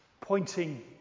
pointing